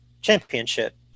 championship